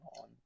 on